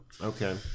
Okay